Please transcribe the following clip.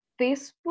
Facebook